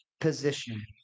position